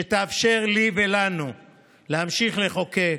שתאפשר לי ולנו להמשיך לחוקק,